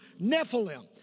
Nephilim